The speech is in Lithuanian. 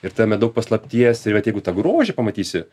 ir tame daug paslapties ir vat jeigu tą grožį pamatysi